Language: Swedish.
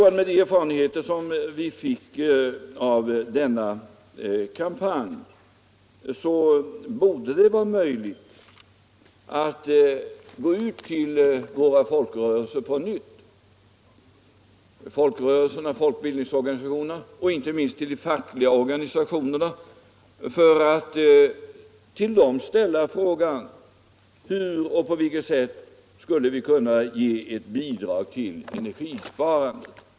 Med de erfarenheter vi fick av den kampanjen borde det enligt min mening vara möjligt att på nytt gå ut till våra folkbildningsorganisationer, folkrörelser och fackliga organisationer och ställa frågan på vilket sätt de skulle kunna ge ett bidrag till energisparandet.